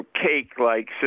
cake-like